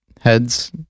heads